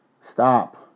stop